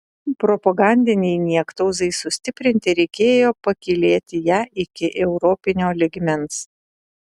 propagandinei niektauzai sustiprinti reikėjo pakylėti ją iki europinio lygmens